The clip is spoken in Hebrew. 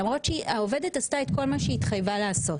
למרות שהעובדת עשתה את כל מה שהיא התחייבה לעשות.